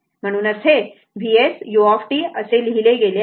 म्हणूनच हे Vs u असे लिहिले गेले आहे